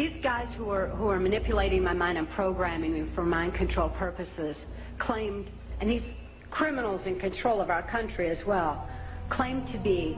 these guys who are who are manipulating my mind i'm programming for mind control purposes claimed and if criminals in control of our country as well claim to be